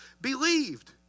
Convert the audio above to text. believed